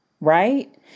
Right